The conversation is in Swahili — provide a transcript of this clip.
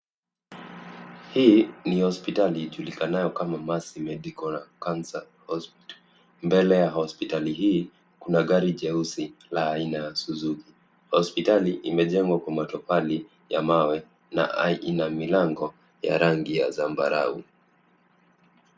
Hii ni hospitali ijulikanayo kama Mercy medical cancer hospital . Mbele ya hospitali hii, kuna gari jeusi la aina ya Suzuki . Hospitali imejengwa kwa matofali ya mawe na ina milango ya rangi ya zambarau.